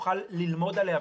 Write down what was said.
נוכל ללמוד עליה,